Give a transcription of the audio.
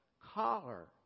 collar